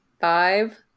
five